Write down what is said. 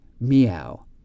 meow